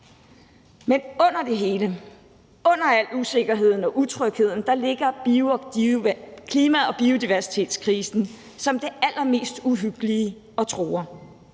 Men under det hele, under al usikkerheden og utrygheden ligger klima- og biodiversitetskrisen som det allermest uhyggelige og truer.